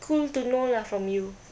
cool to know lah from you